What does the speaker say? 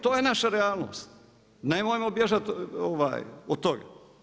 To je naša realnost, nemojmo bježati od toga.